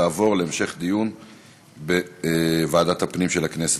תעבור להמשך דיון בוועדת הפנים של הכנסת.